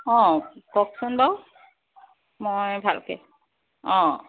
অ কওকচোন বাৰু মই ভালকৈ অ